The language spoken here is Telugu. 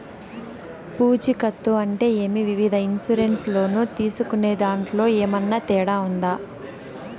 పూచికత్తు అంటే ఏమి? వివిధ ఇన్సూరెన్సు లోను తీసుకునేదాంట్లో ఏమన్నా తేడా ఉందా?